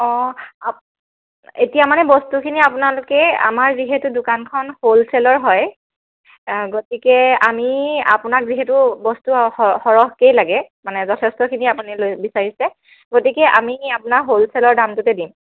অঁ এতিয়া মানে বস্তুখিনি আপোনালোকে আমাৰ যিহেতু দোকানখন হোলচেলৰ হয় গতিকে আমি আপোনাক যিহেতু বস্তু স সৰহকেই লাগে মানে যথেষ্টখিনি আপুনি লৈ বিচাৰিছে গতিকে আমি আপোনাক হোলচেলৰ দামটোতে দিম